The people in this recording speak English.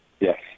Yes